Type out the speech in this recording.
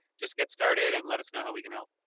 just get started and let us know how we can help.